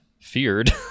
feared